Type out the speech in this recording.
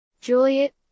Juliet